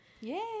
Yay